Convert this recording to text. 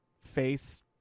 face